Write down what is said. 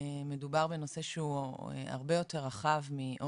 מדובר בנושא שהוא הרבה יותר רחב מאוד